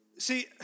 See